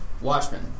Watchmen